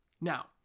Now